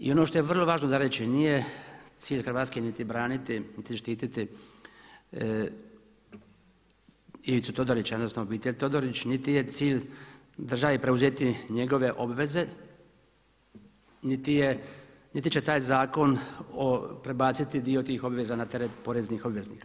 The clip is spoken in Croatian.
I ono što je vrlo važno za reći nije cilj Hrvatske niti braniti, niti štititi Ivicu Todorića, odnosno obitelj Todorić, niti je cilj državi preuzeti njegove obveze, niti će taj zakon prebaciti dio tih obveza na teret poreznih obveznika.